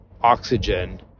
oxygen